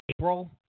April